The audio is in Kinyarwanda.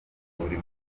buri